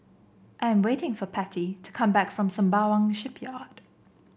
I am waiting for Patty to come back from Sembawang Shipyard